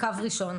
כקו ראשון.